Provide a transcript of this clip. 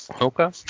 Okay